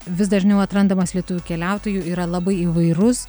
vis dažniau atrandamas lietuvių keliautojų yra labai įvairus